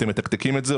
אתם מתקתקים את זה,